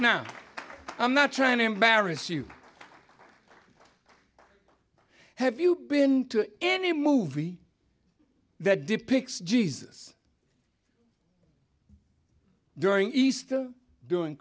now i'm not trying to embarrass you have you been to any movie that depicts jesus during easter doing